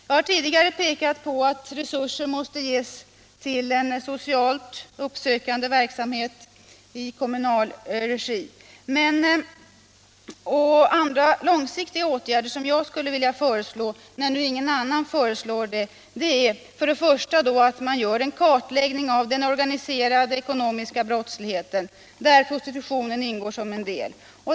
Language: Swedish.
Jag har tidigare pekat på att resurser måste ges för en socialt uppsökande verksamhet i kommunal regi. Andra långsiktiga åtgärder som jag skulle vilja föreslå — när nu ingen annan kommer med sådana förslag — är att man främst gör en kartläggning av den organiserade ekonomiska brottsligheten, där prostitutionen ingår som en del.